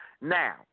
now